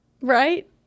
right